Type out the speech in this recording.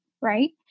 right